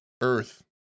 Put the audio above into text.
earth